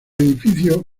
edificio